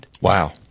Wow